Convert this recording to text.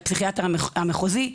פונים גם לפסיכיאטר המחוזי,